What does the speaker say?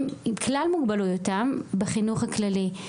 עם כלל מוגבלויותיהם בחינוך הכללי,